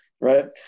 right